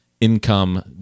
income